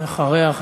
ואחריה,